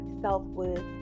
self-worth